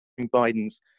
Biden's